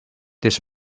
this